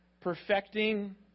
perfecting